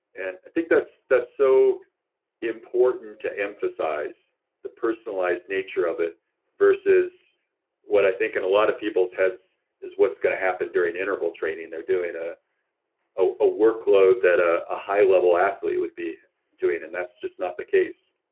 and i think that's that's so important to emphasize the personalized nature of it versus what i think in and a lot of people's heads is what's going to happen during interval training. they're doing ah ah a workload that ah a high level athlete would be doing, and that's just not the case.